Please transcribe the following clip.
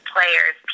players